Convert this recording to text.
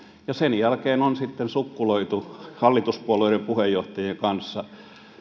ja sen jälkeen on sitten sukkuloitu hallituspuolueiden puheenjohtajien kanssa